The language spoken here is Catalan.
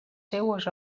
seues